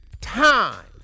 time